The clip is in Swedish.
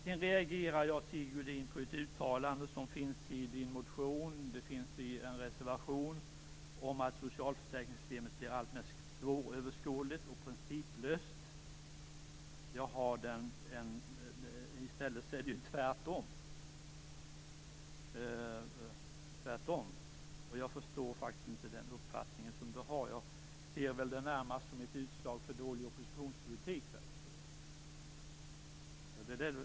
Sedan reagerar jag på ett uttalande som finns i Sigge Godins motion och i en reservation om att socialförsäkringssystemet blir alltmer svåröverskådligt och principlöst. Det är tvärtom. Jag förstår faktiskt inte den uppfattning som Sigge Godin har. Jag ser den närmast som ett utslag av dålig oppositionspolitik.